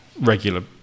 regular